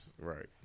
Right